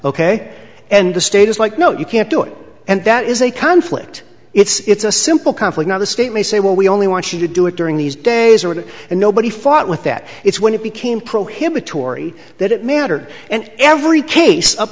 ok and the state is like no you can't do it and that is a conflict it's a simple conflict the state may say well we only want you to do it during these days or it and nobody fought with that it's when it became prohibitory that it mattered and every case up